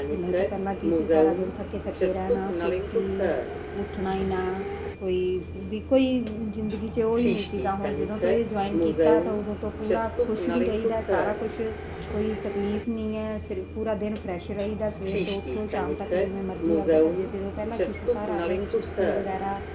ਅਤੇ ਨਹੀਂ ਤਾਂ ਪਹਿਲਾਂ ਕੀ ਸੀ ਸਾਰਾ ਦਿਨ ਥੱਕੇ ਥੱਕੇ ਰਹਿਣਾ ਸੁਸਤੀ ਉੱਠਣਾ ਹੀ ਨਾ ਕੋਈ ਵੀ ਕੋਈ ਜ਼ਿੰਦਗੀ 'ਚ ਉਹ ਹੀ ਨਹੀਂ ਸੀਗਾ ਹੁਣ ਜਦੋਂ ਤੋਂ ਇਹ ਜੁਆਇਨ ਕੀਤਾ ਤਾਂ ਉਦੋਂ ਤੋਂ ਪੂਰਾ ਖੁਸ਼ ਵੀ ਰਹੀਦਾ ਸਾਰਾ ਕੁਛ ਕੋਈ ਤਕਲੀਫ਼ ਨਹੀਂ ਹੈ ਸ ਪੂਰਾ ਦਿਨ ਫਰੈਸ਼ ਰਹੀਦਾ ਸਵੇਰ ਤੋਂ ਉੱਠੋ ਸ਼ਾਮ ਤੱਕ ਜਿਵੇਂ ਮਰਜ਼ੀ ਆਪਣਾ ਭੱਜੇ ਫਿਰੋ ਪਹਿਲਾਂ ਕੀ ਸੀ ਸਾਰਾ ਦਿਨ ਸੁਸਤੀ ਵਗੈਰਾ